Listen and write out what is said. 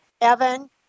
Evan